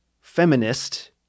feminist